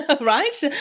right